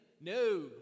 No